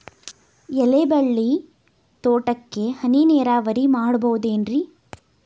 ಎಲೆಬಳ್ಳಿ ತೋಟಕ್ಕೆ ಹನಿ ನೇರಾವರಿ ಮಾಡಬಹುದೇನ್ ರಿ?